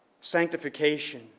sanctification